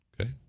Okay